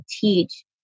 teach